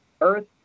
Earth